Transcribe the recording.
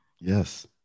Yes